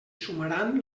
sumaran